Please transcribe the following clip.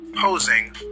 posing